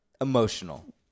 emotional